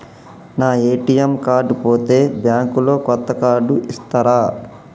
నా ATM card పోతే bank లో కొత్త కార్డు ఇస్తరా?